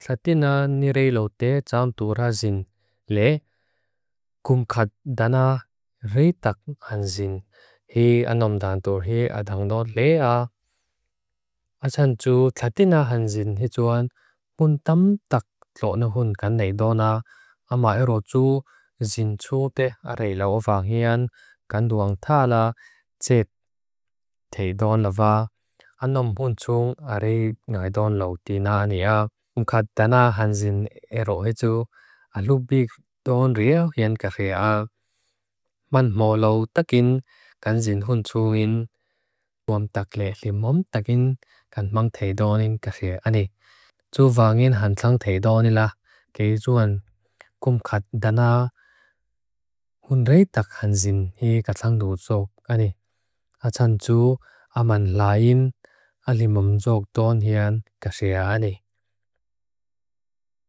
Tlatina nireilote tsam tura zin le, kumkat dana reitak han zin. Hii anam dan tur he adhangod lea. Atsan tu tlatina han zin hituan pun tam tak loonuhun kan neidona. Ama ero tu zin tsu te areila ovahian kanduang thala tset teidona va. Anam hunchung arei ngaidon lo tina niya, kumkat dana han zin ero hetu alubigdon riaohian kaxia. Manmolo takin kan zin hunchungin. Uam takle limom takin kan mang teidonin kaxia. Ani. Tsu vangin han tlang teidonila. Kei zuan kumkat dana hunreitak han zin. Hii katlang du tsok. Ani. Atsan tu aman lain alimum tsok ton hian kaxia. Ani.